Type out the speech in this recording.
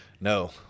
No